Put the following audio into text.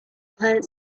planet